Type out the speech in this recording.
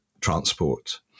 transport